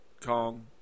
Kong